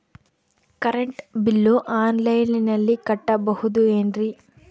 Current bill ಆನ್ಲೈನಿನಲ್ಲಿ ಕಟ್ಟಬಹುದು ಏನ್ರಿ?